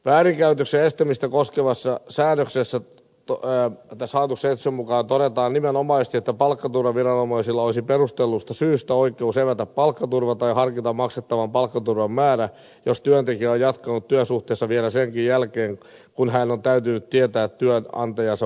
väärinkäytöksen estämistä koskevassa säädöksessä hallituksen esityksen mukaan todetaan nimenomaisesti että palkkaturvaviranomaisilla olisi perustellusta syystä oikeus evätä palkkaturva tai harkita maksettavan palkkaturvan määrä jos työntekijä on jatkanut työsuhteessa vielä senkin jälkeen kun hänen on täytynyt tietää työnantajansa maksukyvyttömyydestä